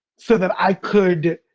so that i could